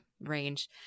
range